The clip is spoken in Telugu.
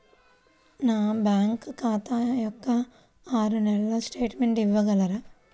నా బ్యాంకు ఖాతా యొక్క ఆరు నెలల స్టేట్మెంట్ ఇవ్వగలరా?